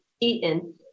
eaten